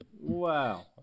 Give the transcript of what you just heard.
wow